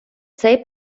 цей